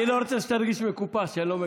אני לא רוצה שתרגיש מקופח שאני לא מגן עליך.